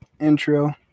intro